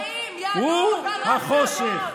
אתה, הוא החושך.